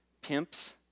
pimps